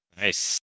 Nice